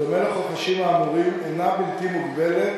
בדומה לחופשים האמורים, אינו בלתי מוגבל,